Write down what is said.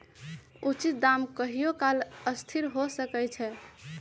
उचित दाम कहियों काल असथिर हो सकइ छै